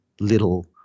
little